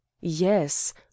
yes